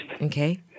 Okay